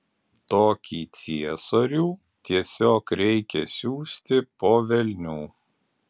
tokį ciesorių tiesiog reikia siųsti po velnių